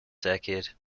decade